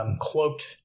cloaked